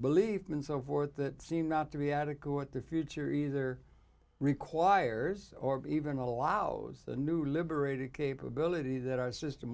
beliefs and so forth that seem not to be adequate the future either requires or even allows the new liberated capability that our system